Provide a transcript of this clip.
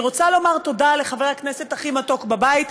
אני רוצה לומר תודה לחבר הכנסת הכי מתוק בבית,